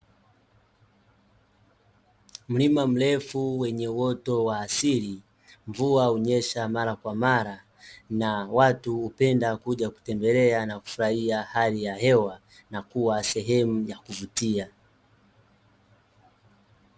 Mlima mrefu, wenye uoto wa asili, mvua hunyesha mara kwa mara na watu hupenda kuja kutembelea na kufurahia hali ya hewa, na kuwa sehemu ya kuvutia.